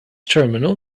terminal